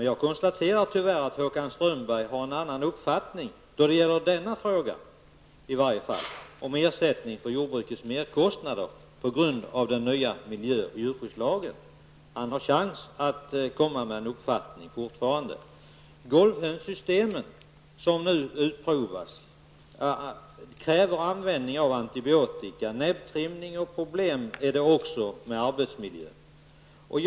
Jag konstaterar tyvärr att Håkan Strömberg har en annan uppfattning när det i varje fall gäller frågan om ersättning för jordbrukets merkostnader på grund av miljö och djurskyddslagen. Håkan Strömberg har fortfarande en chans att uttala en uppfattning. Golvhönssystemen som nu utprovas kräver användning av antibiotika. Det är också problem med arbetsmiljön och nättrimning.